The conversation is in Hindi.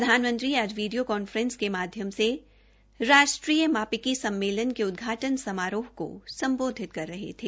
प्रधानमंत्री आज वीडियो कांफ्रेसिंग के माध्यम से राष्ट्रीय मापिकी सम्मेलन के उदघाटन समारोह को स्म्बोधित कर रहे थे